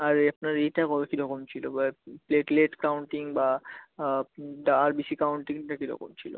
আর আপনার এটা কতো কী রকম ছিলো প্লেটলেট কাউন্টিং বা আরবিসি কাউন্টিংটা কী রকম ছিলো